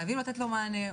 חייבים לתת לו מענה.